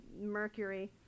mercury